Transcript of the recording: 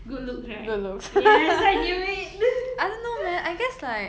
good looks right yes I knew it